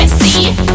see